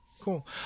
cool